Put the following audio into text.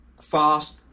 fast